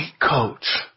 coach